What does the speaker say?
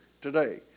today